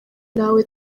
nawe